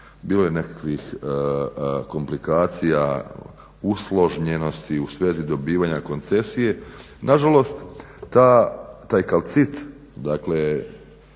bilo je nekakvih komplikacija, usloženjenosti u svezi dobivanju koncesije. Nažalost taj kalcit dakle